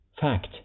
fact